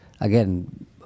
again